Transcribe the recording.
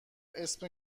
اسم